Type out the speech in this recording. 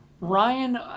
Ryan